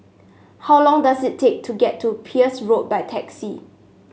how long does it take to get to Peirce Road by taxi